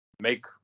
Make